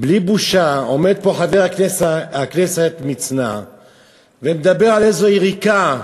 בלי בושה עומד פה חבר הכנסת מצנע ומדבר על איזו יריקה,